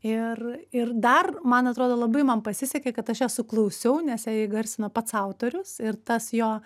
ir ir dar man atrodo labai man pasisekė kad aš ją suklausiau nes ją įgarsino pats autorius ir tas jo